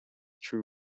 true